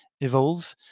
evolve